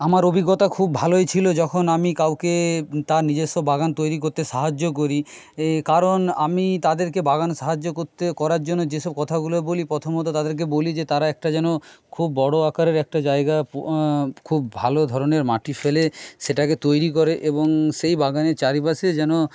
আমার অভিজ্ঞতা খুব ভালোই ছিলো যখন আমি কাউকে তার নিজেস্ব বাগান তৈরি করতে সাহায্য করি কারণ আমি তাদেরকে বাগানে সাহায্য করতে করার জন্য যেসব কথাগুলো বলি প্রথমত তাদেরকে বলি যে তারা একটা যেন খুব বড়ো আকারের একটা জায়গা খুব ভালো ধরণের মাটি ফেলে সেটাকে তৈরি করে এবং সেই বাগানের চারিপাশে যেন